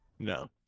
No